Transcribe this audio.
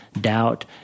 Doubt